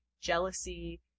jealousy